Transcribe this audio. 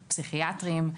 פסיכיאטריים,